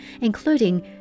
including